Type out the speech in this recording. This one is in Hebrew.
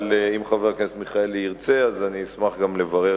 אבל אם חבר הכנסת מיכאלי ירצה אני אשמח גם לברר